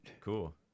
Cool